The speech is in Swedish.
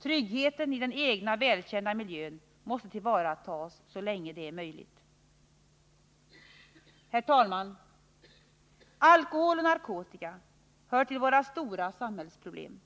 Tryggheten i den egna välkända miljön måste tillvaratas så länge som möjligt. Herr talman! Alkohol och narkotika hör till våra stora samhällsproblem.